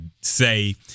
say